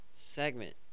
segment